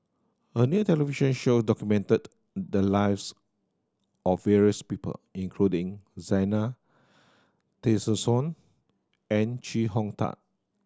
a new television show documented the lives of various people including Zena Tessensohn and Chee Hong Tat